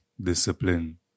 discipline